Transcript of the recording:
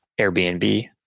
Airbnb